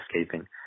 escaping